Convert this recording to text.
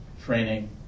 training